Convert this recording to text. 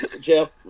Jeff